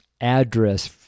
address